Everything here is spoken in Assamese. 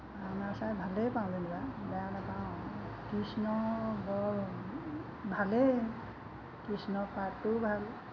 ভাওনা চাই ভালেই পাওঁ যেনিবা বেয়া নাপাওঁ কৃষ্ণ বৰ ভালেই কৃষ্ণৰ পাৰ্টটো ভাল